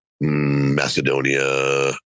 Macedonia